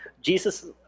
Jesus